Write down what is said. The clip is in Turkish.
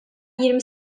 yirmi